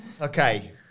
Okay